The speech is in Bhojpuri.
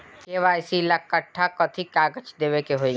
के.वाइ.सी ला कट्ठा कथी कागज देवे के होई?